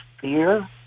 fear